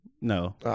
No